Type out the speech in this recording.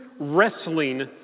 Wrestling